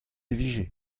vije